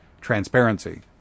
transparency